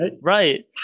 right